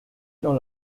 dans